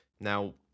Now